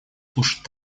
слушать